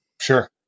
Sure